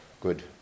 good